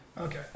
okay